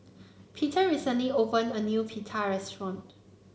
Peter recently opened a new Pita restaurant